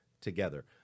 together